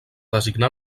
designar